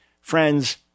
Friends